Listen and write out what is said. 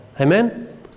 amen